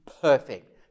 perfect